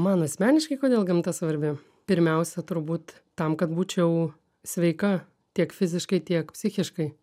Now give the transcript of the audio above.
man asmeniškai kodėl gamta svarbi pirmiausia turbūt tam kad būčiau sveika tiek fiziškai tiek psichiškai